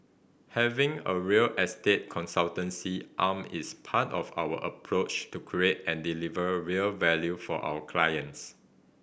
having a real estate consultancy arm is part of our approach to create and deliver real value for our clients